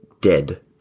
dead